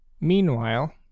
Meanwhile